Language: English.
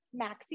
maxi